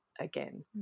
again